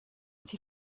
sie